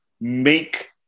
make